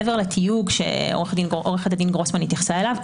מעבר לתיוג שעו"ד גרוסמן התייחסה אליו,